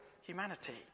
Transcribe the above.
humanity